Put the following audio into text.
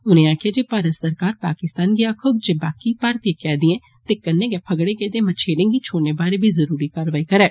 उनें आक्खेया जे भारत सरकार पाकिस्तान गी आक्खुग जे बाकी भारतीय कैदियें ते कन्नै गै फगड़े गेदे मच्छेरें गी छोड़ने बारै बी जरुरी कारवाई करै